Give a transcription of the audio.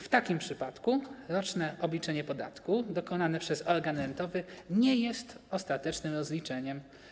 W takim przypadku roczne obliczenie podatku dokonane przez organ rentowy nie jest ostatecznym rozliczeniem.